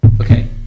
Okay